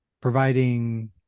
providing